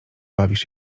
bawisz